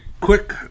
quick